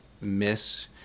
miss